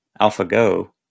AlphaGo